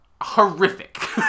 Horrific